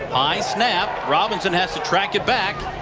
snapped. robinson has to track it back.